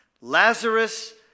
Lazarus